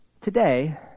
Today